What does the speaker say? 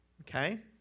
Okay